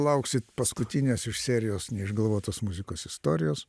lauksit paskutinės iš serijos neišgalvotos muzikos istorijos